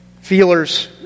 feelers